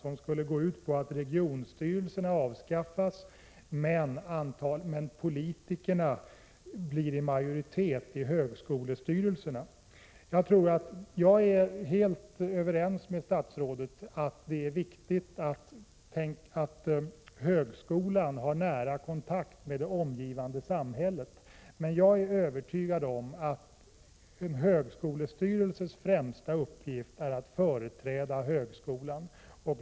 Den skulle gå ut på att regionstyrelserna avskaffas men att politikerna blir i majoritet i högskolestyrelserna. Jag är helt överens med statsrådet om att det är viktigt att högskolan har nära kontakt med det omgivande samhället, men jag är övertygad om att en högskolestyrelses främsta uppgift är att företräda högskolan.